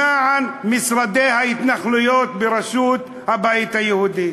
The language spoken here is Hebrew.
למען משרדי ההתנחלויות בראשות הבית היהודי.